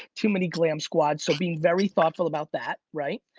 too many glam squad. so being very thoughtful about that, right?